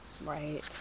right